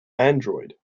android